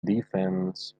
defense